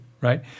right